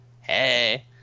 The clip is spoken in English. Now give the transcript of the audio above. Hey